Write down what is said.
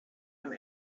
him